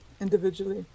individually